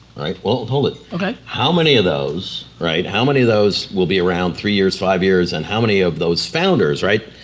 alright, well hold it. okay. how many of those, right, how many of those will be around three years, five years and how many of those founders, right,